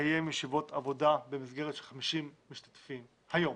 לקיים ישיבות עבודה במסגרת של 50 משתתפים היום,